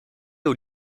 aux